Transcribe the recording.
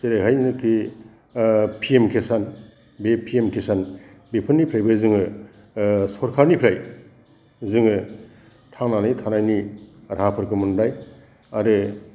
जेरैहायनोकि P M Kisan बे P M Kisan बेफोरनिफ्रायबो जोङो सरखारनिफ्राय जोङो थांनानै थानायनि राहाफोरखौ मोनबाय आरो